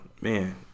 man